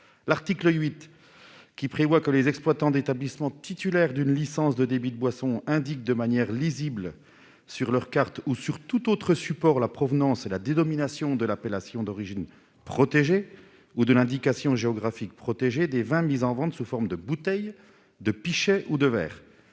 L'article 8 prévoit que les exploitants d'établissements titulaires d'une licence de débit de boissons indiquent de manière lisible sur leurs cartes ou sur tout autre support la provenance et la dénomination de l'appellation d'origine protégée ou de l'indication géographique protégée des vins mis en vente sous forme de bouteille, de pichet ou de verre.